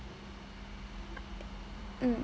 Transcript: mm